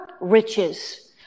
riches